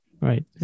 Right